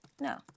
No